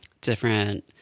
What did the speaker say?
different